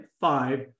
five